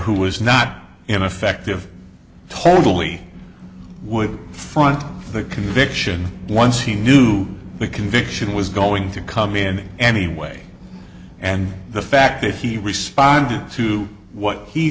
who was not in effect of totally would find the conviction once he knew the conviction was going to come in anyway and the fact that he responded to what he